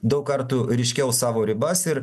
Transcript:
daug kartų ryškiau savo ribas ir